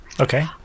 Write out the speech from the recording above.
Okay